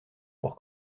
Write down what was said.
pour